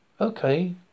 Okay